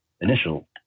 initial